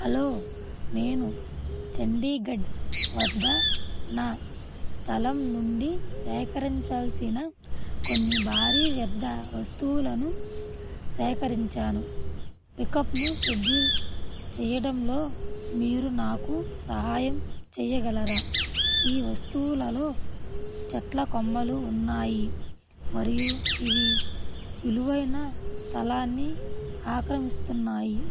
hello నేను చండీగఢ్ వద్ద నా స్థలం నుండి సేకరించాల్సిన కొన్ని భారీ వ్యర్థ వస్తువులను సేకరించాను పికప్ను షెడ్యూల్ చేయడంలో మీరు నాకు సహాయం చేయగలరా ఈ వస్తువులలో చెట్ల కొమ్మలు ఉన్నాయి మరియు ఇవి విలువైన స్థలాన్ని ఆక్రమిస్తున్నాయి